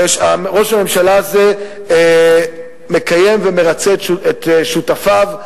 ראש הממשלה הזה מקיים ומרצה את שותפיו.